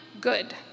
good